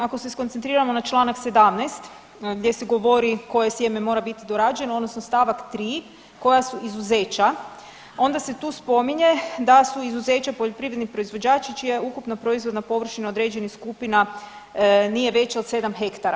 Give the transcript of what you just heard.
Ako se skoncentriramo na čl. 17. gdje se govori koje sjeme mora biti dorađeno odnosno st. 3. koja su izuzeća onda se tu spominje da su izuzeća poljoprivredni proizvođači čija je ukupna proizvodna površina određena skupina nije veća od sedam hektara.